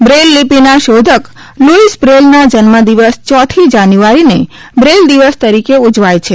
Braille લીપીના શોધક Louis બ્રેઇલના જન્મ દિવસ ચોથી જાન્યુઆરીને બ્રેઇલ દિવસ તરીકે ઉજવાય છે